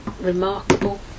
remarkable